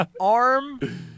Arm